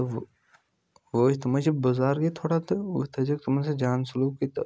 تہٕ وَ وۅنۍ حظ تِم حظ چھِ بُزَرگٔے تھوڑا تہٕ وۅنۍ تھٲزِہوکھ تِمَن سۭتۍ جان سُلوکے تہٕ